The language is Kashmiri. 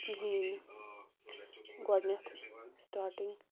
کِہیٖنۍ نہِ گۄڈٕنٮ۪تھ سِٹاٹِنٛگ